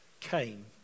came